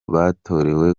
batorewe